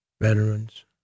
veterans